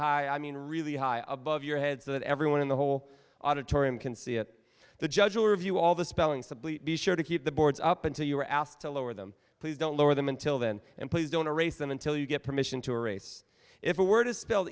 hi i mean really high above your head so that everyone in the whole auditorium can see it the judge will review all the spelling sibly be sure to keep the boards up until you are asked to lower them please don't lower them until then and please don't erase them until you get permission to erase if a word is spell